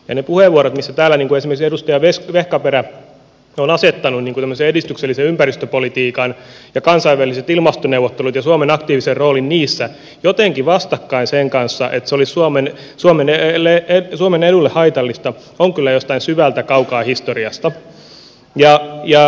ne puheenvuorot kuten täällä esimerkiksi edustaja vehkaperän joissa on asetettu tällainen edistyksellinen ympäristöpolitiikka ja kansainväliset ilmastoneuvottelut ja suomen aktiivinen rooli niissä jotenkin vastakkain sen kanssa että se olisi suomelle haitallista ovat kyllä jostain syvältä kaukaa historiasta